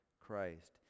Christ